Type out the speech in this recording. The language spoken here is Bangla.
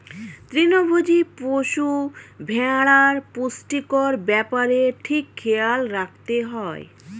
তৃণভোজী পশু, ভেড়ার পুষ্টির ব্যাপারে ঠিক খেয়াল রাখতে হয়